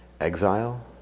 exile